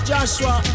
Joshua